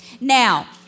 Now